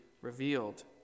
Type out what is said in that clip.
revealed